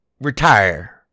retire